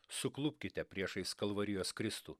suklupkite priešais kalvarijos kristų